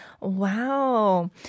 Wow